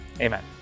amen